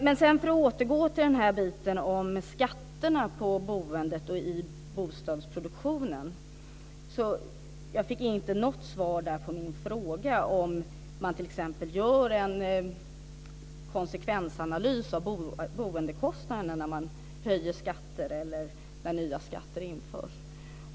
För att sedan återgå till det här med skatterna på boendet och bostadsproduktionen fick jag inget svar på min fråga om man t.ex. gör en konsekvensanalys avseende boendekostnaderna när man höjer skatter eller när nya skatter införs.